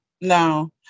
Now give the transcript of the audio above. no